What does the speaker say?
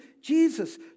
Jesus